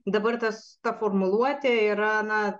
dabar tas ta formuluotė yra na